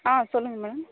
ஆ சொல்லுங்கள் மேம்